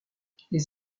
les